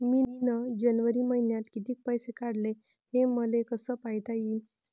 मिन जनवरी मईन्यात कितीक पैसे काढले, हे मले कस पायता येईन?